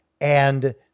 And-